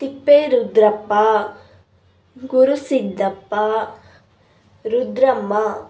Thipperudrappa Gurusiddappa Rudramma